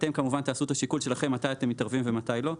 ואתם כמובן תעשו את השיקול שלכם מתי אתם מתערבים ומתי לא,